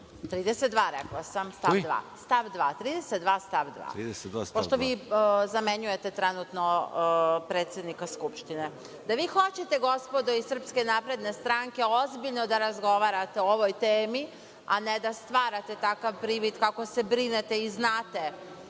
Član 32. stav 2, pošto vi zamenjujete trenutno predsednika Skupštine. Da vi hoćete gospodo iz SNS ozbiljno da razgovarate o ovoj temi, a ne da stvarate takav privid kako se brinete i znate